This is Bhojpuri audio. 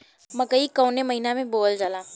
मकई कवने महीना में बोवल जाला?